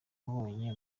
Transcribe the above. abonye